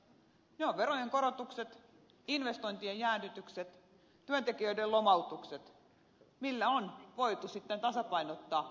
ne ovat verojen korotukset investointien jäädytykset työntekijöiden lomautukset joilla on voitu sitten tasapainottaa kuntataloutta